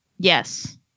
Yes